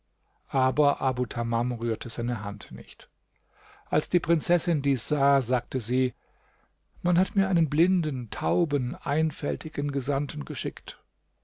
aber abu tamam rührte seine hand nicht als die prinzessin dies sah sagte sie man hat mir einen blinden tauben einfältigen gesandten geschickt